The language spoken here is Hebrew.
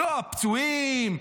לא הפצועים,